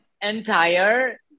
entire